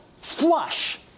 flush